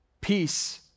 Peace